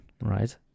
right